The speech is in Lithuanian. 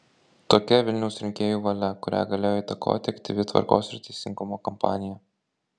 tokia vilniaus rinkėjų valia kurią galėjo įtakoti aktyvi tvarkos ir teisingumo kampanija